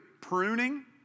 pruning